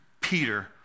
Peter